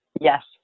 yes